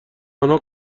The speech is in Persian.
آنها